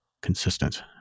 consistent